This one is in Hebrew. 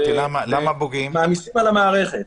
מעמיסים על המערכת.